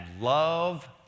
love